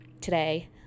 today